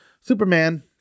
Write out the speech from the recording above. Superman